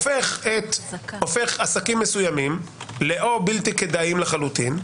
החוק הופך עסקים מסוימים או לבלתי כדאיים לחלוטין,